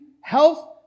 health